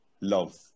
love